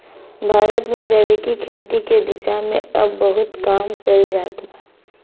भारत में जैविक खेती के दिशा में अब बहुत काम कईल जात बा